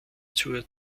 zur